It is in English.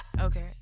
okay